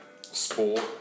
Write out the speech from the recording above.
sport